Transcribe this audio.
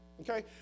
Okay